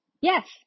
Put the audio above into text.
yes